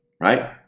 right